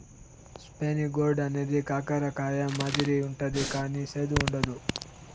spiny gourd అనేది కాకర కాయ మాదిరి ఉంటది కానీ సేదు ఉండదు